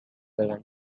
were